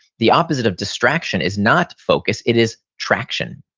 the opposite of distraction is not focus. it is traction.